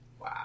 Wow